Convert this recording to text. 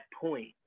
point